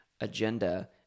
agenda